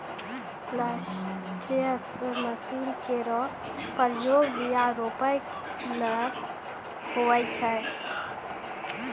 planters machine केरो प्रयोग बीया रोपै ल होय छै